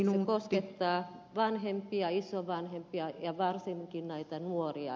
se koskettaa vanhempia isovanhempia ja varsinkin näitä nuoria